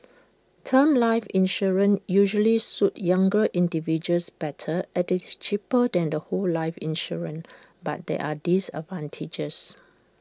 term life insurance usually suit younger individuals better as IT is cheaper than the whole life insurance but there are disadvantages